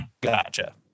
gotcha